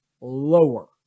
lower